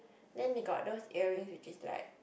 then they got those earning which is like